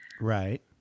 Right